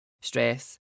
stress